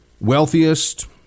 wealthiest